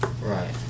Right